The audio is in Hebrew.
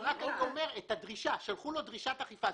אני אומר: שלחו לו דרישת אכיפה.